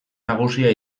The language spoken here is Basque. nagusia